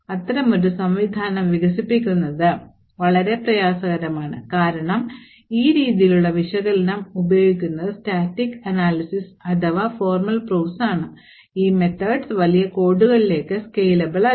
അത്തരമൊരു സംവിധാനം വികസിപ്പിക്കുന്നത് വളരെ പ്രയാസകരമാണ് കാരണം ഈ രീതിയിലുള്ള വിശകലനം ഉപയോഗിക്കുന്നത് സ്റ്റാറ്റിക് അനാലിസിസ് അഥവാ formal proofs ആണ് ഈ മെത്തേഡ്സ് വലിയ കോഡുകളിലേക്ക് scalable അല്ല